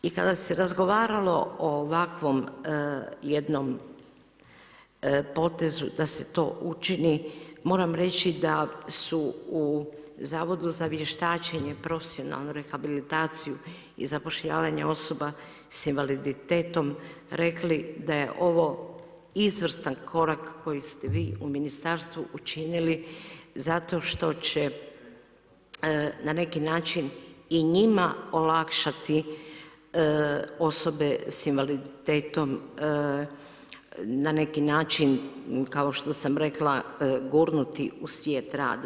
I kada se razgovaralo o ovakvom jednom potezu da se to učini, moram reći da su u Zavodu za vještačenje, profesionalnu rehabilitaciju i zapošljavanje osoba sa invaliditetom rekli da je ovo izvrstan korak koji ste vi u ministarstvu učinili zato što će na neki način i njima olakšati osobe sa invaliditetom na neki način kao što sam rekla gurnuti u svijet rada.